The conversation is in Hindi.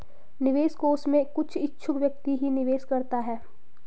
निवेश कोष में कुछ इच्छुक व्यक्ति ही निवेश करता है